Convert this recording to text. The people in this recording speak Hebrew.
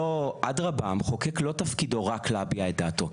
אדרבה, המחוקק תפקידו לא רק להביע את דעתו.